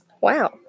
Wow